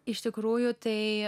iš tikrųjų tai